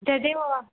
तदेव